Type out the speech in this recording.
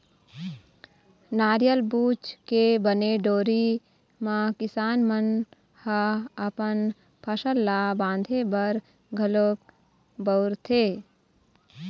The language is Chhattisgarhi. नरियर बूच के बने डोरी म किसान मन ह अपन फसल ल बांधे बर घलोक बउरथे